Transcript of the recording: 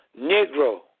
negro